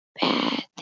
bad